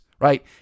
Right